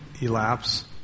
elapse